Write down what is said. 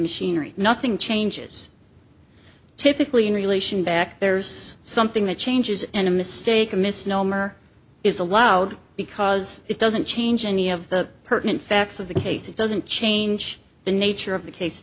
machinery nothing changes typically in relation back there's something that changes and a mistake a misnomer is allowed because it doesn't change any of the pertinent facts of the case it doesn't change the nature of the case